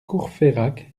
courfeyrac